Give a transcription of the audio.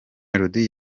melodie